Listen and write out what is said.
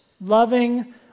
Loving